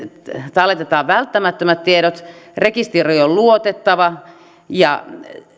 talletetaan välttämättömät tiedot ja että rekisteri on luotettava ja